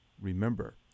Remember